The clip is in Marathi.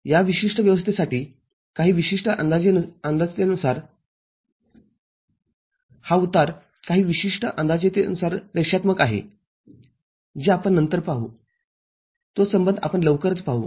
या विशिष्ट व्यवस्थेसाठी काही विशिष्ट अंदाजेतेनुसार हा उतार काही विशिष्ट अंदाजेतेनुसार रेषात्मक आहे जे आपण नंतर पाहू तो संबंध आपण लवकरच पाहू